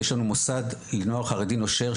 'יש לנו מוסד לנוער חרדי נושר,